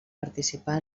participar